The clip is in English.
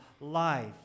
life